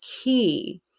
key